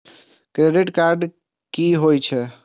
Credit card की होई छै?